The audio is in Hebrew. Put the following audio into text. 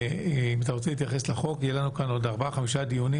אם אתה רוצה להתייחס לחוק יהיו לנו פה עוד 5-4 דיונים.